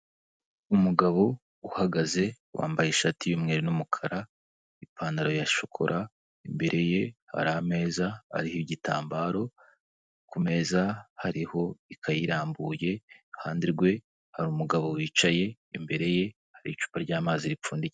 Umugabo uhagaze wambaye ishati y'umweru n'umukara, ipantaro ya shokora, imbere ye hari ameza ariho igitambaro, ku meza hariho ikayi irambuye, iruhande rwe hari umugabo wicaye, imbere ye hari icupa ry'amazi ripfundikiye.